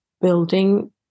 building